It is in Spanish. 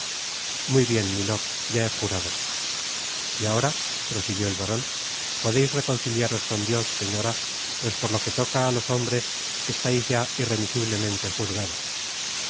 muy bien milord ya he jurado y ahora prosiguió el baron podeis reconciliaros con dios señora pues por lo que toca á los hombres estais ya irremisiblemente juzgada